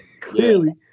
Clearly